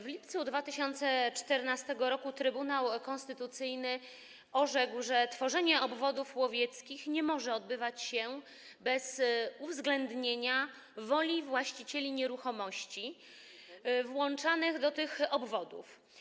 W lipcu 2014 r. Trybunał Konstytucyjny orzekł, że tworzenie obwodów łowieckich nie może odbywać się bez uwzględnienia woli właścicieli nieruchomości włączanych do tych obwodów.